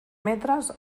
metres